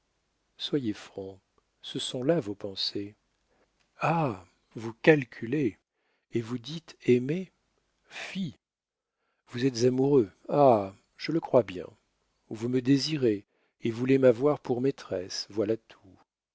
soyez franc ce sont là vos pensées ah vous calculez et vous dites aimer fi vous êtes amoureux ha je le crois bien vous me désirez et voulez m'avoir pour maîtresse voilà tout